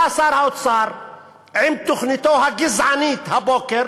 ובא שר האוצר עם תוכניתו הגזענית הבוקר,